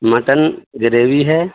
mutton gravy ہے